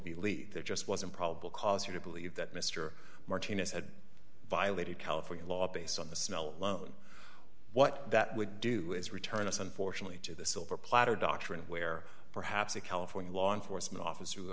believe there just wasn't probable cause you to believe that mr martinez had violated california law based on the smell loan what that would do is return us unfortunately to the silver platter doctrine where perhaps a california law enforcement officer